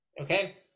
okay